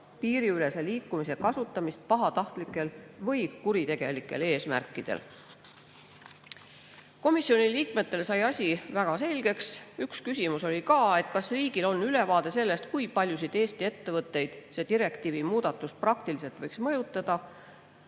piiriülese liikumise kasutamist pahatahtlikel või kuritegelikel eesmärkidel. Komisjoni liikmetele sai asi väga selgeks. Üks küsimus oli ka: kas riigil on ülevaade sellest, kui paljusid Eesti ettevõtteid see direktiivi muudatus praktiliselt võiks mõjutada